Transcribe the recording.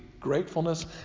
gratefulness